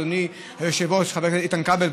אדוני היושב-ראש חבר הכנסת איתן כבל,